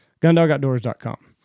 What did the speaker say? Gundogoutdoors.com